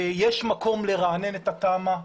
יש מקום לרענן את התמ"א,